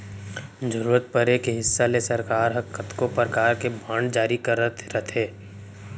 जरूरत परे के हिसाब ले सरकार ह कतको परकार के बांड जारी करत रथे